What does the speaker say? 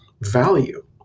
value